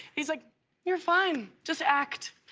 he's like you're fine, just act.